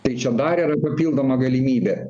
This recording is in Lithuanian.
tai čia dar yra papildoma galimybė